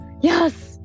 yes